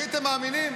הייתם מאמינים?